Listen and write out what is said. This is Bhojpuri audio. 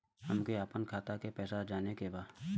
हमके आपन खाता के पैसा जाने के बा